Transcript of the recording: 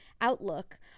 outlook